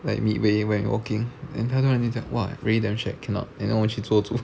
like mid way when walking then 她突然讲 !wah! really damn shag cannot and then 我去坐住